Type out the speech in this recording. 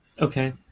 Okay